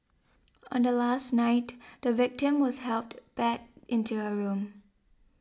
on the last night the victim was helped back into her room